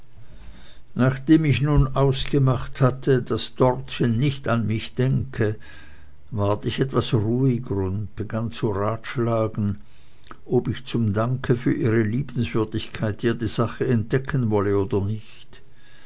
nachdem ich nun ausgemacht hatte daß dortchen nicht an mich denke ward ich etwas ruhiger und begann zu ratschlagen ob ich zum danke für ihre liebenswürdigkeit ihr die sache entdecken wolle oder nicht